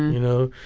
you know.